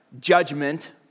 judgment